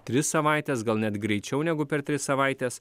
tris savaites gal net greičiau negu per tris savaites